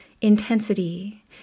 intensity